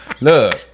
Look